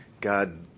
God